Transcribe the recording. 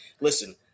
listen